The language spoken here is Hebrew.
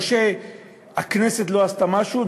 זה לא שהכנסת לא עשתה משהו.